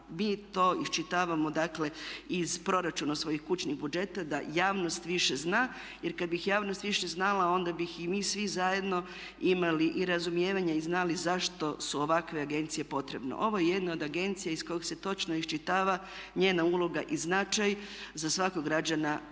mi to iščitavamo dakle iz proračuna svojih kućnih budžeta da javnost više zna, jer kad bi javnost više znala onda bi i mi svi zajedno imali i razumijevanja i znali zašto su ovakve agencije potrebne. Ovo je jedno od agencija iz koje se točno iščitava njena uloga i značaj za svakog građana ove